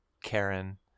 Karen